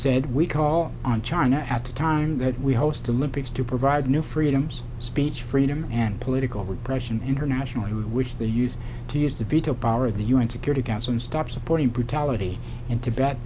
said we call on china at the time that we host a lympics to provide new freedoms speech freedom and political repression internationally which they use to use the veto power of the un security council and stop supporting brutality in tibet